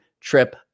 Trip